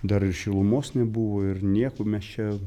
dar ir šilumos nebuvo ir nieko mes čia